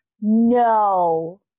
No